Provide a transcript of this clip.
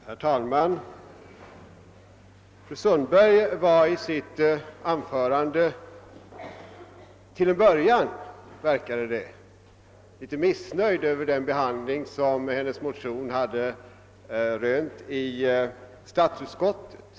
Herr talman! Fru Sundberg var i sitt anförande till en början, verkade det, litet missnöjd med den behandling som hennes motion hade rönt i statsutskottet.